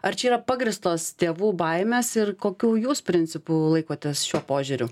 ar čia yra pagrįstos tėvų baimės ir kokių jūs principų laikotės šiuo požiūriu